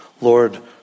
Lord